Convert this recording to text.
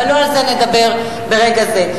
אבל לא על זה נדבר ברגע זה.